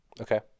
Okay